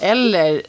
Eller